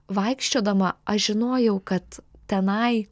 vaikščiodama aš žinojau kad tenai